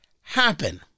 happen